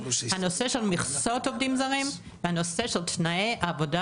הנושא של מכסות עובדים זרים והנושא של תנאי העבודה